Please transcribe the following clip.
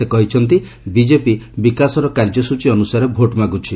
ସେ କହିଛନ୍ତି ବିଜେପି ବିକାଶର କାର୍ଯ୍ୟସ୍ଚୀ ଅନୁସାରେ ଭୋଟ ମାଗୁଛି